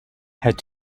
had